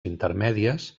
intermèdies